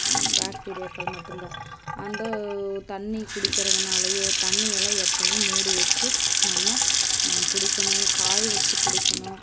பாக்டீரியாக்கள் மட்டுந்தான் அந்த தண்ணி குடிக்கிறதனாலையோ தண்ணி எல்லாம் எப்புவுமே மூடி வைச்சு நம்ம குடிக்கணும் காய வைச்சு குடிக்கணும்